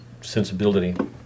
sensibility